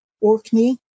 Orkney